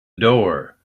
door